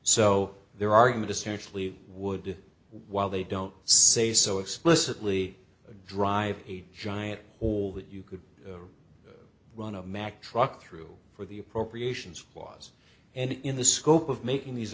so their argument essentially would while they don't say so explicitly to drive a giant hole that you could run a mack truck through for the appropriations was and in the scope of making these